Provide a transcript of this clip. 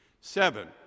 Seven